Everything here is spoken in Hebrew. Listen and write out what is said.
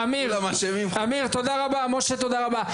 אמיר ומשה, תודה רבה.